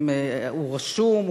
הוא רשום,